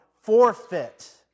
forfeit